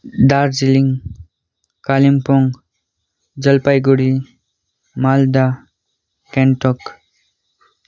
Darjeeling Kalimpong Jalpaiguri Malda Gangtok